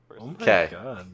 okay